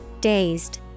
Dazed